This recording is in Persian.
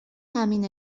تأمین